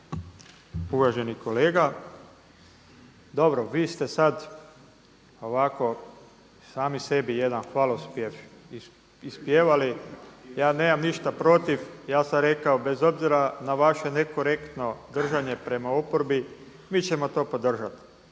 uvaženi kolega. Dobro vi ste sad ovako sami sebi jedan hvalospjev ispjevali. Ja nemam ništa protiv, ja sam rekao bez obzira na vaše nekorektno držanje prema oporbi mi ćemo to podržati.